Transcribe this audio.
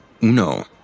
uno